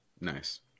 nice